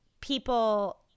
people